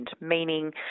meaning